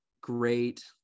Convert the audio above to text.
great